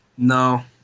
No